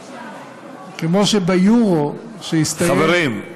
כמו שב"יורו", שהסתיים,